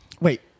Wait